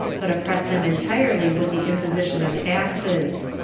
but oppress them entirely with the imposition of taxes.